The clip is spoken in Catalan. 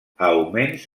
augments